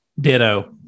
Ditto